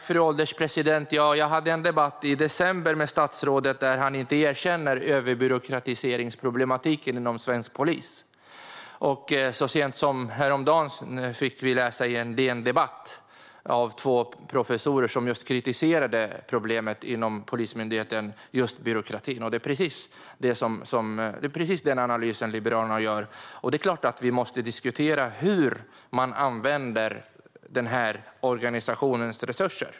Fru ålderspresident! I december hade jag en debatt med statsrådet där han inte erkände överbyråkratiseringsproblematiken inom svensk polis. Så sent som häromdagen kunde vi på DN Debatt läsa ett inlägg av två professorer som kritiserade just byråkratiproblemet inom Polismyndigheten. Det är precis den analys som Liberalerna gör, och givetvis måste vi diskutera hur man använder denna organisations resurser.